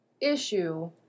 issue